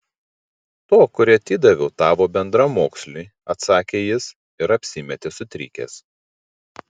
to kurį atidaviau tavo bendramoksliui atsakė jis ir apsimetė sutrikęs